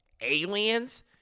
Aliens